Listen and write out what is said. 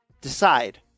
Decide